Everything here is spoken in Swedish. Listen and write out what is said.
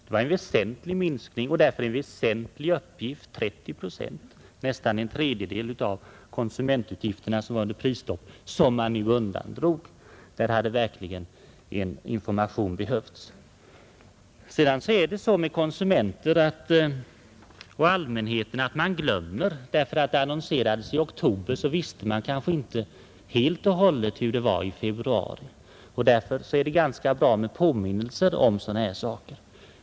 Det var en väsentlig minskning och därför en väsentlig uppgift att föra ut, nästan en tredjedel, av konsumentutgifterna som var under prisstopp undandrogs nu. Där hade verkligen en information behövts. Sedan är det så med konsumenter och allmänheten att man glömmer. Att det annonserades i oktober innebar kanske inte att man helt och hållet visste hur det var i februari, och därför är det bra med påminnelser om sådana här saker.